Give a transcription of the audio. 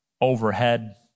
overhead